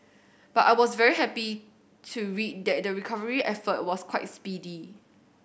but I was very happy to read that the recovery effort was quite speedy